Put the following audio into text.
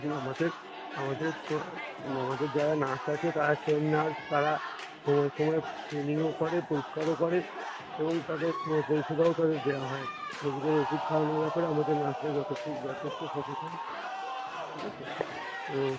এগুলো আমাকের আমাদের তো আমাদের যারা নার্স আছে তারা ট্রেন্ড নার্স তারা সময় সময় ট্রেনিংও করে পরিষ্কারও করে এবং তাদের পরিষেবাও তাদের দেওয়া হয় রোগীদের ওষুধ খাওয়ানোর ব্যাপারে আমাদের নার্সরা যতটাই যথেষ্ট সচেতন ঠিক আছে তো